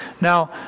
Now